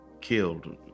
killed